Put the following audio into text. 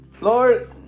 Lord